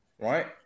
right